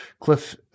cliff